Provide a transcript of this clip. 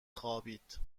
خوابید